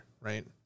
right